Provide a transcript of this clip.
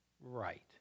right